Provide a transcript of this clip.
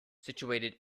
situated